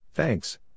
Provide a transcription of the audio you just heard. Thanks